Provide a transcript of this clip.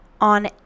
on